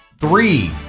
Three